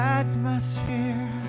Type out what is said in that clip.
atmosphere